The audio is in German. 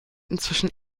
inzwischen